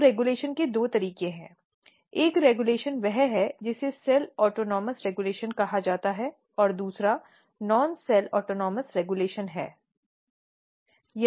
तो रेगुलेशन के दो तरीके हैं एक रेगुलेशन वह है जिसे सेल ऑटोनॉमस रेगुलेशन कहा जाता है और दूसरा नॉन सेल ऑटोनॉमस रेगुलेशन है